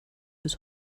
bis